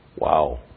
Wow